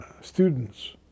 students